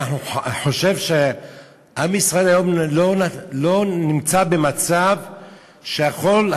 אני חושב שעם ישראל היום לא נמצא במצב שהוא יכול,